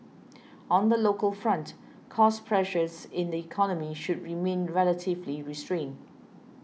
on the local front cost pressures in the economy should remain relatively restrained